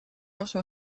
also